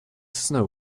snow